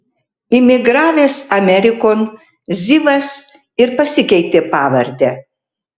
imigravęs amerikon zivas ir pasikeitė pavardę